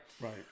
Right